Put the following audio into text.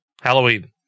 Halloween